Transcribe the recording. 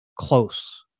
close